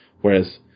Whereas